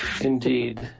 Indeed